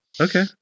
okay